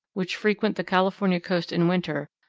which frequent the california coast in winter,